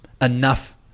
enough